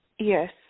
Yes